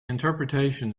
interpretation